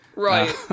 Right